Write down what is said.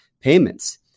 payments